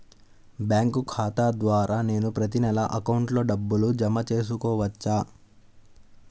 Bank ఖాతా ద్వారా నేను ప్రతి నెల అకౌంట్లో డబ్బులు జమ చేసుకోవచ్చా?